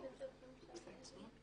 ויאפשרו בדיוק את אותו איזון שלנו